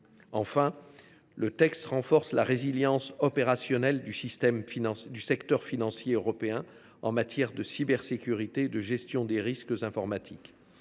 Enfin, le texte renforce la résilience opérationnelle du secteur financier européen en matière de cybersécurité et de gestion des risques informatiques.